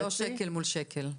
לא שקל מול שקל.